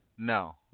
No